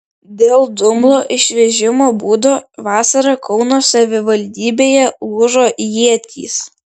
dėl dumblo išvežimo būdo vasarą kauno savivaldybėje lūžo ietys